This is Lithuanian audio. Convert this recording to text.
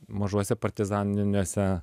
mažuose partizaniniuose